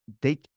they-